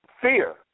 fear